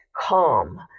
calm